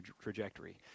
trajectory